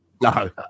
No